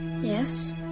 Yes